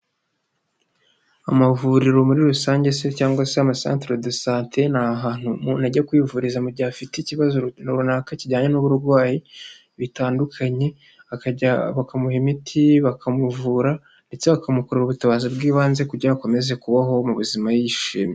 Amavuriro muri rusange se cyangwa se ama santere dosante, ni ahantu umuntu ajya kwivuriza mu gihe afite ikibazo runaka kijyanye n'uburwayi bitandukanye, bakamuha imiti bakamuvura ndetse bakamukora ubutabazi bw'ibanze kugira akomeze kubaho mu buzima yishimye.